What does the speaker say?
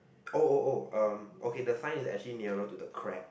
oh oh oh um okay the sign is actually nearer to the crab